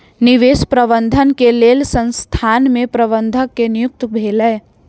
निवेश प्रबंधन के लेल संसथान में प्रबंधक के नियुक्ति भेलै